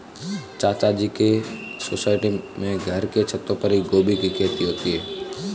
चाचा जी के सोसाइटी में घर के छतों पर ही गोभी की खेती होती है